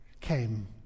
came